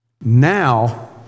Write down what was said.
Now